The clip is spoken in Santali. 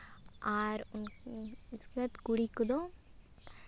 ᱟᱨ ᱩᱥᱠᱮᱟᱫ ᱠᱩᱲᱤ ᱠᱚᱫᱚ